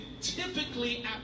typically